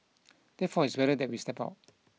therefore it's better that we step out